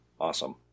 Awesome